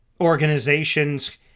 organizations